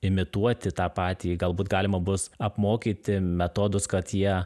imituoti tą patį galbūt galima bus apmokyti metodus kad jie